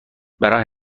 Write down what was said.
برای